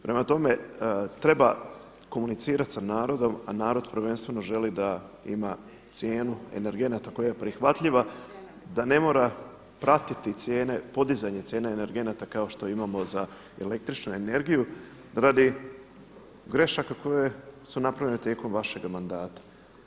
Prema tome, treba komunicirati sa narodom, a narod prvenstveno želi da ima cijenu energenata koja je prihvatljiva, da ne mora pratiti cijene, podizanje cijene energenata kao što imamo za električnu energiju radi grešaka koje su napravljene tijekom vašega mandata.